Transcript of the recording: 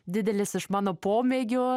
didelis iš mano pomėgių